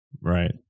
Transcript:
right